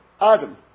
Adam